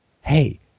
Hey